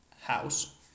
house